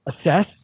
Assess